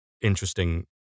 interesting